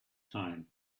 time